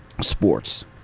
sports